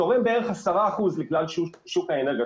תורם בערך 10 אחוזים מכלל שוק האנרגיה.